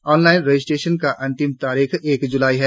online registration का अंतिम तारीख एक जुलाई है